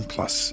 Plus